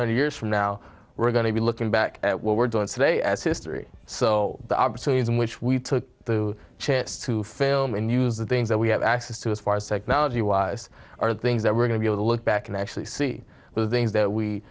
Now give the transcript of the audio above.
hundred years from now we're going to be looking back at what we're doing today as history so the opportunities in which we took the chance to film in news the things that we have access to as far as technology wise are things that we're going to look back and actually see those things that we